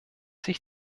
sich